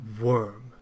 worm